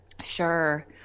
sure